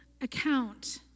account